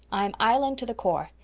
i'm island to the core.